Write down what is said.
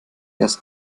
erst